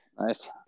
Nice